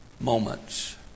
moments